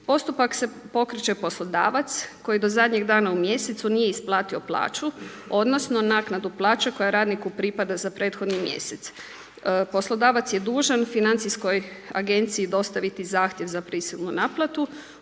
Postupak pokreće poslodavac koji do zadnjeg dana u mjesecu nije isplatio plaću odnosno naknadu plaće koja radniku pripada za prethodni mjesec. Poslodavac je dužan financijskoj agenciji dostaviti zahtjev za prisilnu naplatu